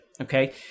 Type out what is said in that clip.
okay